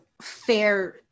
fair